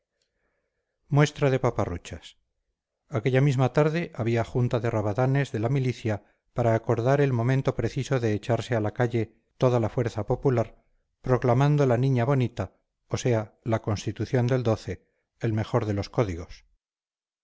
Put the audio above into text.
muestra de paparruchas aquella misma tarde había junta de rabadanes de la milicia para acordar el momento preciso de echarse a la calle toda la fuerza popular proclamando la niña bonita o sea la constitución del el mejor de los códigos